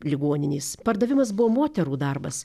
ligoninės pardavimas buvo moterų darbas